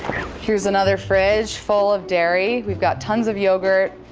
here's another fridge full of dairy. we've got tons of yogurt,